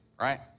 right